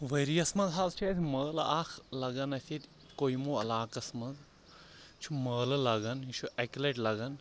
ؤرِیَس منٛز حظ چھِ اَسہِ مٲلہٕ اَکھ لَگان اَسہِ ییٚتہِ کویمو علاقَس منٛز یہِ چھُ مٲلہٕ لَگان یہِ چھُ اَکہِ لَٹہِ لَگان